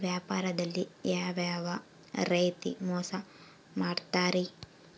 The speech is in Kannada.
ವ್ಯಾಪಾರದಲ್ಲಿ ಯಾವ್ಯಾವ ರೇತಿ ಮೋಸ ಮಾಡ್ತಾರ್ರಿ?